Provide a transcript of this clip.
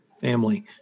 family